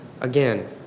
Again